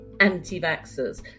anti-vaxxers